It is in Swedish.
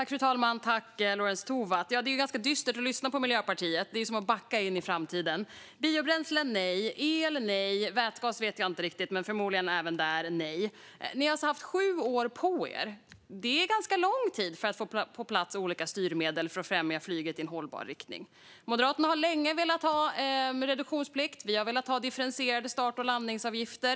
Fru talman! Det är ganska dystert att lyssna på Miljöpartiet; det är som att backa in i framtiden. Man säger nej till biobränsle. Man säger nej till el. Vätgas vet jag inte riktigt, men förmodligen säger man nej även där. Ni har alltså haft sju år på er, Lorentz Tovatt, och det är ganska lång tid för att få på plats olika styrmedel för att främja flyget i en hållbar riktning. Moderaterna har länge velat ha reduktionsplikt, och vi har velat ha differentierade start och landningsavgifter.